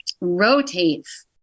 rotates